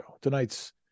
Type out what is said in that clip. Tonight's